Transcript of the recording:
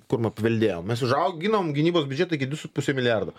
kur apveldėjom mes užauginom gynybos biudžetą iki du su puse milijardo